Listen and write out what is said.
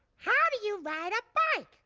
how do you ride a bike?